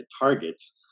targets